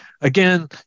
again